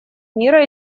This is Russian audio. мира